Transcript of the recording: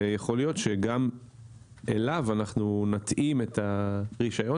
ויכול להיות שגם אליו אנחנו נתאים את הרישיון